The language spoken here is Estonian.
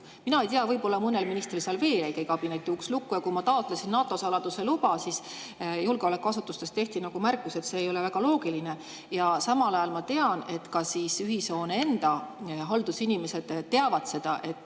Ma ei tea, võib-olla mõnel ministril seal veel ei käi kabineti uks lukku, aga kui ma taotlesin NATO saladuse luba, siis julgeolekuasutustes tehti märkus, et see ei ole kuigi loogiline. Ja samal ajal ma tean, et ka ühishoone enda haldusinimesed teavad seda, et